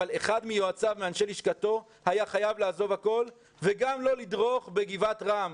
אבל אחד מיועציו ואנשי לשכתו יכלו להגיע וגם לא לדרוך בגבעת רם.